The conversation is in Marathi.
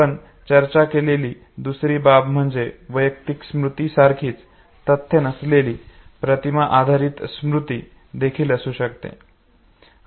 आपण चर्चा केलेली दुसरी बाब म्हणजे वैयक्तिक स्मृती सारखीच तथ्य नसलेली प्रतिमा आधारित स्मृती देखील असू शकते